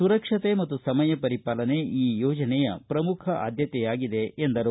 ಸುರಕ್ಷಕೆ ಮತ್ತು ಸಮಯ ಪರಿಪಾಲನೆ ಈ ಯೋಜನೆಯ ಪ್ರಮುಖ ಆದ್ಯತೆಯಾಗಿದೆ ಎಂದರು